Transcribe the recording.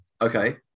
Okay